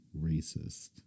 racist